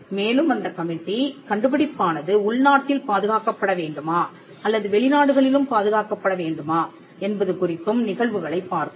மேலும் அந்தக் கமிட்டி கண்டுபிடிப்பானது உள்நாட்டில் பாதுகாக்கப்பட வேண்டுமா அல்லது வெளிநாடுகளிலும் பாதுகாக்கப்பட வேண்டுமா என்பது குறித்தும் நிகழ்வுகளைப் பார்க்கும்